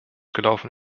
gelaufen